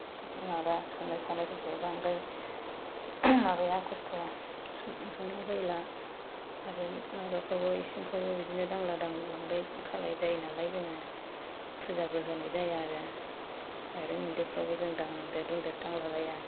बेखौ लाबा संनाय खावनायफोरखौ बांद्राय माबाया खस्थ' संलाबायला आरो माबाफ्रावबो इसिंफ्रावबो बिदिनो दांला दांलि बांद्राय खालाय जायो नालाय जोङो फुजाबो होनाय जाया आरो माइरंहेनदो फ्रावबो जों दांदेर दुदेर दांलाबाया